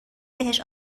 بهش